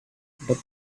but